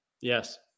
Yes